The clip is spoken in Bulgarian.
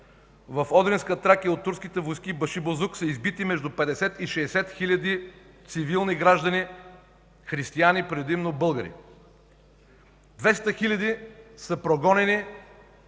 в Одринска Тракия от турските войски и башибозук са избити между 50 и 60 хиляди цивилни граждани – християни, предимно българи; 200 хиляди са прогонени